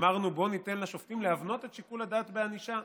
אמרנו: ניתן לשופטים להבנות את שיקול הדעת בענישה,